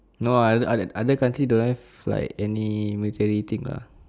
no ah other other country don't have like any military thing lah